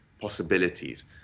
possibilities